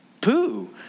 poo